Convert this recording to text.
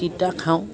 তিতা খাওঁ